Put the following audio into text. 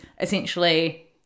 essentially –